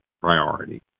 priority